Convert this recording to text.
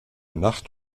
nacht